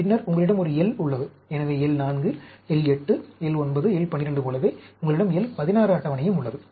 பின்னர் உங்களிடம் ஒரு L உள்ளது எனவே L 4 L 8 L 9 L 12 போலவே உங்களிடம் L 16 அட்டவணையும் உள்ளது